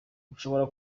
mushobora